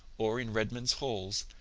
or in redmond's halls,